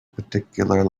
particular